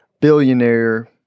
billionaire